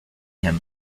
him